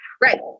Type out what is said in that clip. Right